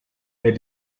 elle